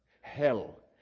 hell